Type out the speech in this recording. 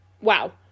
wow